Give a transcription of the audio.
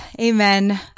Amen